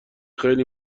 خیلی